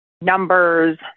numbers